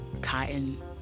cotton